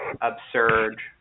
absurd